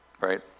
right